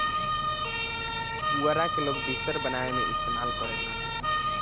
पुआरा के लोग बिस्तर बनावे में भी इस्तेमाल करेलन